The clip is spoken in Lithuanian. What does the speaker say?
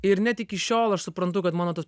ir net iki šiol aš suprantu kad mano tas